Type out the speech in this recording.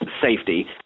safety